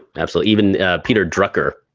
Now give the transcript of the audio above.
absolutely, even peter drucker,